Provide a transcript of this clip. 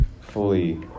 fully